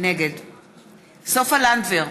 נגד סופה לנדבר,